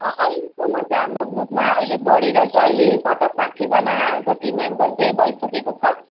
अहिलेसम्म चाहिँ हाम्रो ग्रुपमा अहिले बढेर चाहिँ अहिले पचास साठीजना जति मेम्बर चाहिँ भइसकेको छ